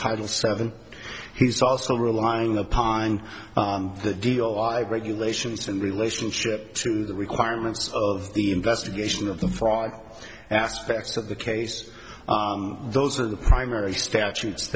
title seven he's also relying upon the deal why regulations are in relationship to the requirements of the investigation of the fraud aspect of the case those are the primary statutes